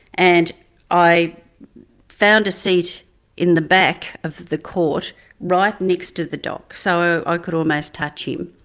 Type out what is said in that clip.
and i found a seat in the back of the court right next to the dock, so i could almost touch him.